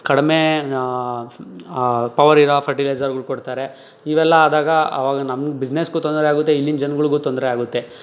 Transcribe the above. ಕಡಿಮೆ ಪವರ್ ಇರೋ ಫರ್ಟಿಲೈಝರ್ಗಳು ಕೊಡ್ತಾರೆ ಇವೆಲ್ಲ ಆದಾಗ ಅವಾಗ ನಮ್ಮ ಬಿಸ್ನೆಸ್ಗೂ ತೊಂದರೆಯಾಗುತ್ತೆ ಇಲ್ಲಿನ ಜನಗಳ್ಗು ತೊಂದರೆ ಆಗುತ್ತೆ